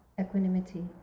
equanimity